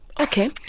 Okay